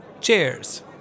cheers